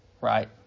right